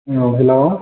औ हेलौ